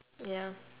ya